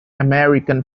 american